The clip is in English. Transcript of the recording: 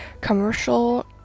commercial